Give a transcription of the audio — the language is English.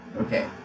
Okay